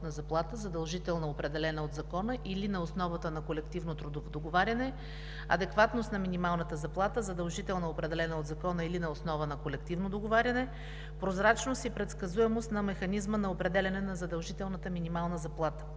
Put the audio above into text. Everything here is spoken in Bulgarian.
заплата, задължително определена от закона или на основата на колективно трудово договаряне; адекватност на минималната заплата, задължително определена от закона или на основа на колективно договаряне; прозрачност и предсказуемост на механизма на определяне на задължителната минимална заплата.